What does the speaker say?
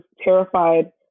terrified